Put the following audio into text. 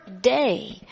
day